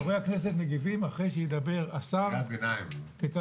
חברי הכנסת מגיבים אחרי שידבר השר ותדבר